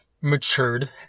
matured